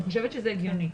אני חושבת שזה הגיוני.